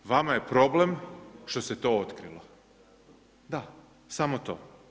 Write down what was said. Vama je problem što se to otkrilo, da, samo to.